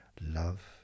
love